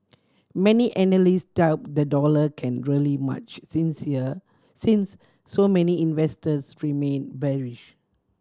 many analysts doubt the dollar can rally much since here since so many investors remain bearish